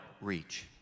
reach